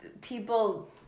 people